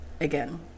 Again